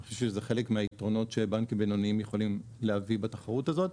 אני חושב שזה חלק מהיתרונות שבנקים בינוניים יכולים להביא בתחרות הזאת.